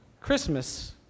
Christmas